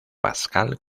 pascal